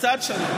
קצת שונות.